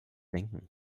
denken